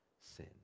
sin